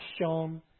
shown